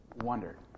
wondered